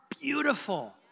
beautiful